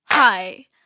Hi